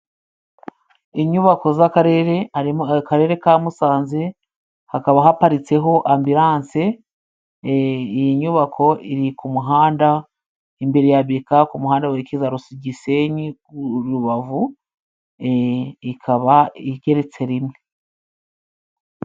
Inyubako z'Akarere harimo Akarere ka Musanze, hakaba haparitseho ambilanse. Iyi nyubako iri ku muhanda imbere ya beka ku muhanda werekeza Gisenyi/Rubavu, ikaba igereretse rimwe.